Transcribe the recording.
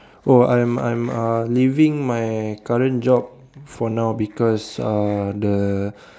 oh I'm I'm uh leaving my current job for now because uh the